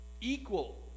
equal